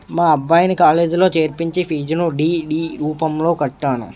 మా అబ్బాయిని కాలేజీలో చేర్పించి ఫీజును డి.డి రూపంలో కట్టాను